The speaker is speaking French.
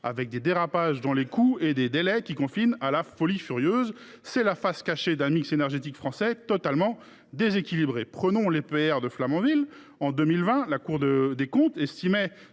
; les dérapages dans les coûts et les délais confinent même à la folie furieuse. C’est la face cachée d’un mix énergétique français totalement déséquilibré. Prenons l’EPR de Flamanville : en 2020, la Cour des comptes estimait